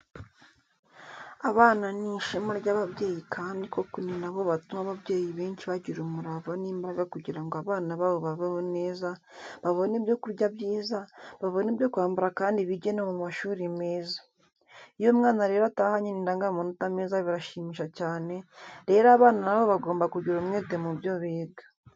Abana ni ishema ry'ababyeyi kandi koko ni na bo batuma ababyeyi benshi bagira umurava n'imbaraga kugira ngo abana babo babeho neza, babone ibyo kurya byiza, babone ibyo kwambara kandi bige no mu mashuri meza. Iyo umwana rero atahanye indangamanota meza birashimisha cyane, rero abana na bo bagomba kugira umwete mu byo biga.